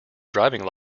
driving